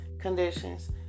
conditions